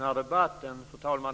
Fru talman!